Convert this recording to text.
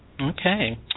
Okay